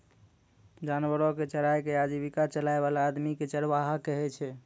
जानवरो कॅ चराय कॅ आजीविका चलाय वाला आदमी कॅ चरवाहा कहै छै